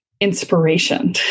inspiration